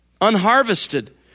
unharvested